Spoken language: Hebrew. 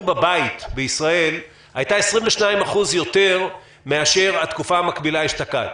בבית בישראל היה 22% יותר מאשר בתקופה המקבילה אשתקד.